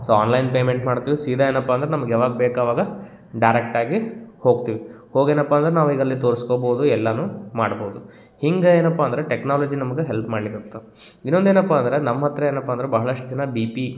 so online payment ಮಾಡ್ತೀವಿ ಸೀದಾ ಏನಪ್ಪ ಅಂದ್ರೆ ನಮಗೆ ಯಾವಾಗ ಬೇಕೋ ಅವಾಗ ಡೈರೆಕ್ಟಾಗಿ ಹೋಗ್ತೀವಿ ಹೋಗಿ ಏನಪ್ಪ ಅಂದ್ರೆ ನಾವು ಈಗ ಅಲ್ಲಿ ತೋರ್ಸ್ಕೊಬೋದು ಎಲ್ಲನೂ ಮಾಡ್ಬೋದು ಹಿಂಗೆ ಏನಪ್ಪ ಅಂದ್ರೆ ಟೆಕ್ನಾಲಜಿ ನಮ್ಗೆ ಹೆಲ್ಪ್ ಮಾಡ್ಲಿಕತ್ತ ಇನ್ನೊಂದು ಏನಪ್ಪ ಅಂದ್ರೆ ನಮ್ಮ ಹತ್ರ ಏನಪ್ಪ ಅಂದ್ರೆ ಭಾಳಷ್ಟು ಜನ ಬಿ ಪಿ